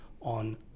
on